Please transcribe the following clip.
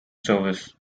service